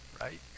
right